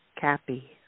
cappy